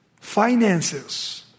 Finances